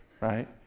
right